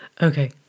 Okay